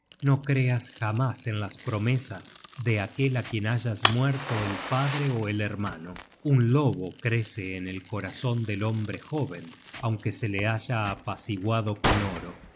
no creas jamás en las promesas de aquel á quien hayas muerto el padre ó el hermano un lobo crece en el corazon del hombre jóven aunque se le haya apaciguado con oro